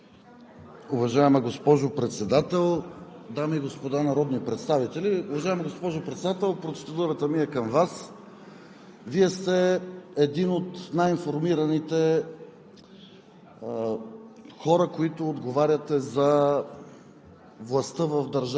Уважаема госпожо Председател, дами и господа народни представители! Уважаема госпожо Председател, процедурата ми е към Вас. Вие сте една от най-информираните,